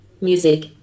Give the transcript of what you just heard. Music